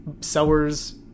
sellers